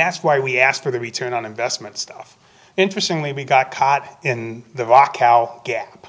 that's why we ask for the return on investment stuff interestingly we got caught in the voc how gap